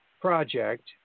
project